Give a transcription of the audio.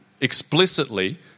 explicitly